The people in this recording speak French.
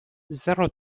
zéro